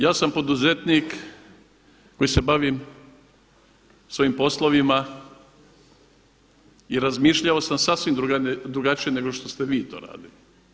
Ja sam poduzetnik koji se bavim svojim poslovima i razmišljao sam sasvim drugačije nego što ste vi to radili.